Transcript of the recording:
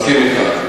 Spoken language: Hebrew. אני מסכים אתך.